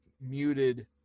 muted